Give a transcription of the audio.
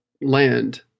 land